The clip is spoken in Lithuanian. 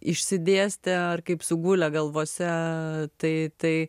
išsidėstę ar kaip sugulę galvose tai tai